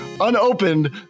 unopened